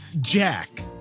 Jack